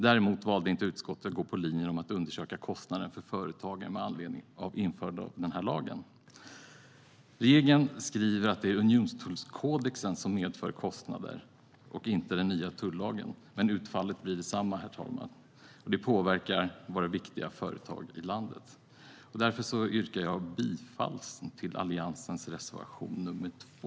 Däremot valde utskottet inte att gå på linjen att undersöka kostnaderna för företagen med anledning av införande av denna lag. Regeringen skriver att det är unionstullkodexen som medför kostnader och inte den nya tullagen. Men utfallet blir detsamma, det vill säga att det påverkar våra viktiga företag i landet. Därför yrkar jag bifall till Alliansens reservation 2.